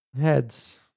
Heads